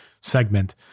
segment